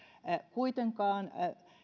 kuitenkaan